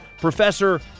Professor